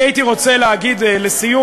אני הייתי רוצה להגיד לסיום,